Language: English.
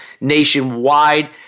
nationwide